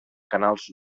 canals